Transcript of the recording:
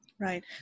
right